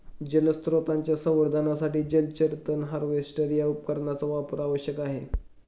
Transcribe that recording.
जलस्रोतांच्या संवर्धनासाठी जलचर तण हार्वेस्टर या उपकरणाचा वापर आवश्यक आहे